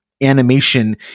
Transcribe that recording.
Animation